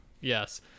Yes